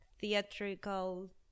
theatrical